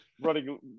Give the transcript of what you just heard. Running